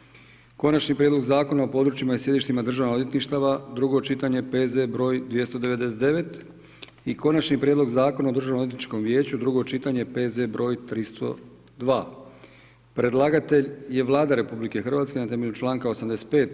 - Konačni prijedlog Zakona o područjima i sjedištima Državnih odvjetništava, drugo čitanje, P.Z. br. 299. - Konačni prijedlog Zakona o Državnoodvjetničkom vijeću, drugo čitanje, P.Z. br. 302 Predlagatelj je Vlada Republike Hrvatske, na temelju čl. 85.